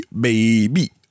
baby